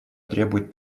требует